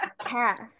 cast